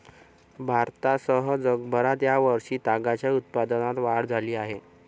भारतासह जगभरात या वर्षी तागाच्या उत्पादनात वाढ झाली आहे